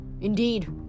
Indeed